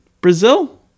Brazil